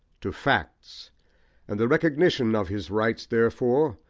to facts and the recognition of his rights therefore,